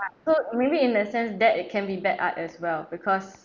so maybe in a sense that it can be bad art as well because